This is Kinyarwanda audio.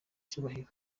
cyubahiro